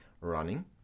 running